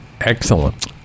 Excellent